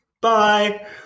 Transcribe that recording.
Bye